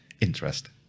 interest